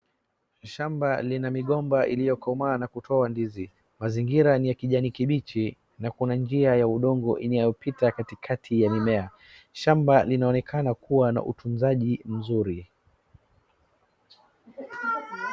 shamba lina migomba iliyokomaa na kutoa ndizi. Mazingira ni ya kijani kimbichi na kuna njia ya udongo inayopita katikati ya mimea. Shamba linaonekana kuwa na utunzaji mzuri.